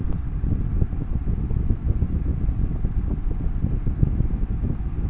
ব্যাবসার লোন তুলিবার তানে কতদিনের ব্যবসা হওয়া জরুরি?